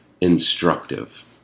instructive